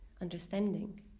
understanding